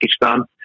Pakistan